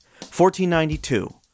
1492